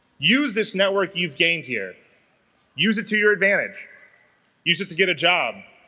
use this network you've gained here use it to your advantage use it to get a job